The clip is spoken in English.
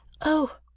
Oh